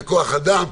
בכוח אדם,